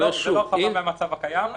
זו לא הרחבה מהמצב הקיים.